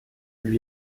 lui